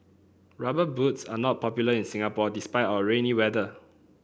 rubber boots are not popular in Singapore despite our rainy weather